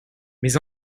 mes